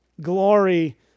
glory